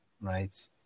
right